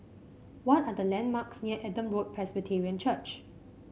what are the landmarks near Adam Road Presbyterian Church